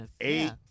eight